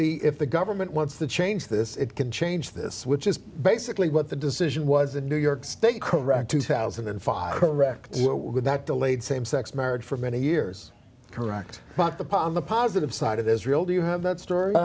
the if the government wants to change this it can change this which is basically what the decision was in new york state correct two thousand and five correct would that delayed same sex marriage for many years correct about the problem the positive side of israel do you have that story